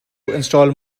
install